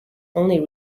only